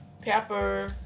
pepper